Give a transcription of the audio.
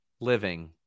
living